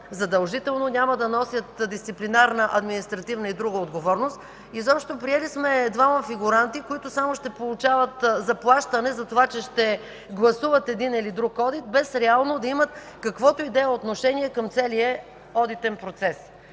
задължително, няма да носят дисциплинарна, административна и друга отговорност. Изобщо приели сме двама фигуранти, които само ще получават заплащане за това, че ще гласуват един или друг одит, без реално да имат каквото и да е отношение към целия одитен процес.